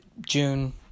June